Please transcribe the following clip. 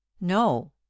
no